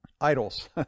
Idols